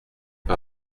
par